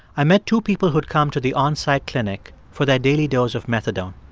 i met two people who'd come to the on-site clinic for their daily dose of methadone.